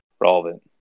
relevant